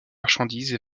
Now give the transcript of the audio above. marchandises